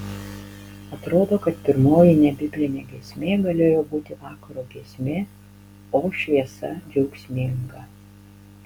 atrodo kad pirmoji nebiblinė giesmė galėjo būti vakaro giesmė o šviesa džiaugsminga